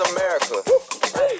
America